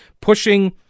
pushing